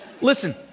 Listen